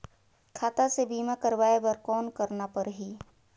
खाता से बीमा करवाय बर कौन करना परही?